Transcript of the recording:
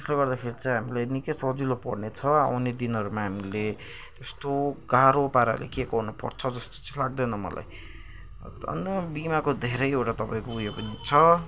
त्यसले गर्दाखेरि चाहिँ हामीलाई निकै सजिलो पर्नेछ आउने दिनहरूमा हामीले त्यस्तो गाह्रो पाराले केही गर्नुपर्छ जस्तो चाहिँ लाग्दैछ मलाई धन्न बिमाको धेरैवटा तपाईँको उयो पनि छ